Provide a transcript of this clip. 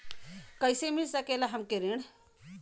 कइसे मिल सकेला हमके ऋण?